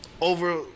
over